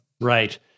Right